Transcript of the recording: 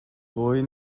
kawi